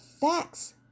facts